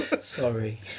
Sorry